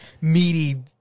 meaty